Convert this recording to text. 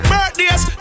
Birthdays